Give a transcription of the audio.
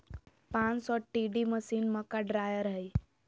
पांच सौ TD machine, मक्का ड्रायर हइ